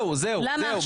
למה עכשיו?